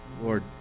Lord